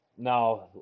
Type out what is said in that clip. Now